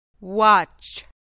Watch